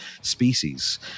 Species